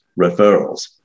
referrals